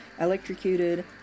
Electrocuted